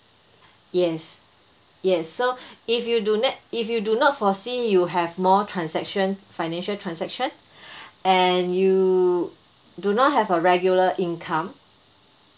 yes yes so if you do not if you do not foresee you have more transaction financial transaction and you do not have a regular income